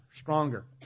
stronger